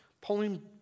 pulling